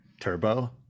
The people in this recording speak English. turbo